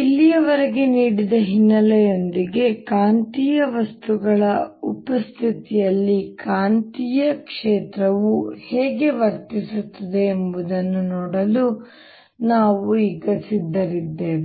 ಇಲ್ಲಿಯವರೆಗೆ ನೀಡಿದ ಹಿನ್ನೆಲೆಯೊಂದಿಗೆ ಕಾಂತೀಯ ವಸ್ತುಗಳ ಉಪಸ್ಥಿತಿಯಲ್ಲಿ ಕಾಂತೀಯ ಕ್ಷೇತ್ರವು ಹೇಗೆ ವರ್ತಿಸುತ್ತದೆ ಎಂಬುದನ್ನು ನೋಡಲು ನಾವು ಈಗ ಸಿದ್ಧರಿದ್ದೇವೆ